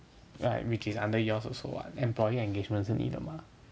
ya which is under yours also [what] employee engagement 是你的吗